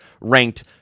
ranked